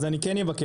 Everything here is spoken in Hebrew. אז אני כן אבקש,